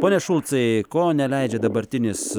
pone šulcai ko neleidžia dabartinis